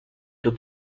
took